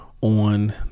on